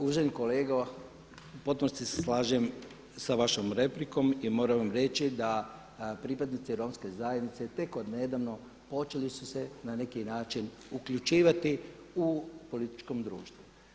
Uvaženi kolega u potpunosti se slažem sa vašom replikom i moram vam reći da pripadnici romske zajednice tek od nedavno počeli su se na neki način uključivati u političkom društvu.